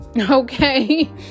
okay